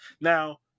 Now